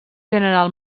general